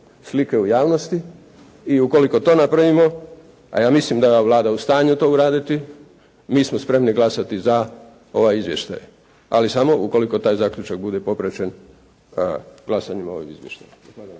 slike u javnosti i ukoliko to napravimo, a ja mislim da je ova Vlada u stanju to uraditi. Mi smo spremni glasati za ovaj izvještaj, ali samo ukoliko taj zaključak bude popraćen glasanjem o ovom izvještaju.